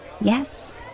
Yes